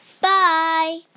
bye